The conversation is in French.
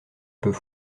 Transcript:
peut